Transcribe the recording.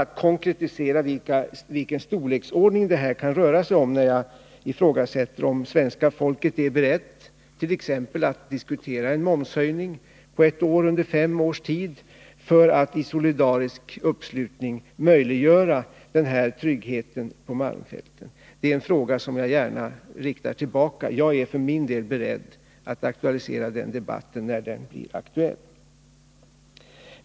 Jag vill konkretisera vilken storleksordning det kan röra sig om, när jag ifrågasätter om svenska folket är berett t.ex. att diskutera en momshöjning på 1 76 under fem års tid för att i solidarisk uppslutning möjliggöra en sådan här trygghet på malmfälten. Det är en fråga som jag gärna riktar tillbaka till de tidigare talarna. Jag är för min del beredd att ta upp den debatten när den blir aktuell.